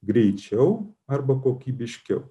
greičiau arba kokybiškiau